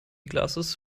glasses